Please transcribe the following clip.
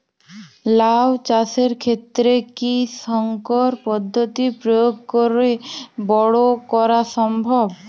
লাও চাষের ক্ষেত্রে কি সংকর পদ্ধতি প্রয়োগ করে বরো করা সম্ভব?